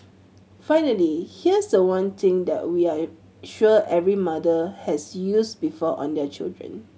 finally here's the one thing that we are sure every mother has used before on their children